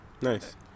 Nice